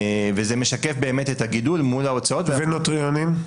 זה משקף את הגידול מול ההוצאות --- ונוטריונים?